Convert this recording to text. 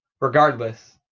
regardless